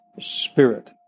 spirit